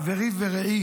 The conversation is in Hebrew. חברי ורעי